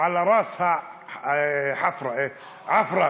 ועל ראשה עפר זרקה.)